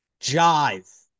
Jive